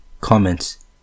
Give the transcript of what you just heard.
Comments